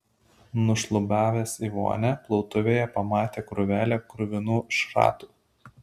nušlubavęs į vonią plautuvėje pamatė krūvelę kruvinų šratų